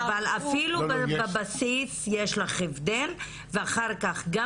אבל אפילו בבסיס יש לך הבדל ואחר כך גם